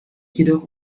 jedoch